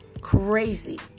crazy